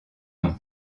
nom